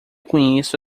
conheço